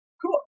Cool